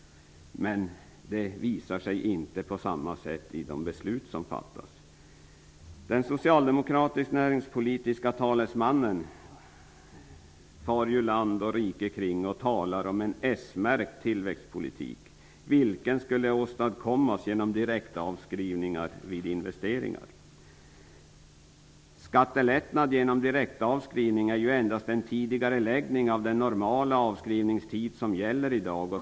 Men det sätter inga spår i de beslut som fattas. Den socialdemokratiska näringspolitiska talesmannen far land och rike kring och talar om en s-märkt tillväxtpolitik, vilken skulle åstadkommas genom direktavskrivningar vid investeringar. Skattelättnad genom direktavskrivning är endast en tidigareläggning av den normala avskrivningstid som gäller i dag.